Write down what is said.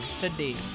today